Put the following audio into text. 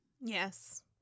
Yes